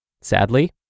Sadly